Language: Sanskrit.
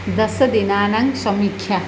दशदिनानां समीक्षा